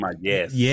Yes